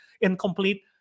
incomplete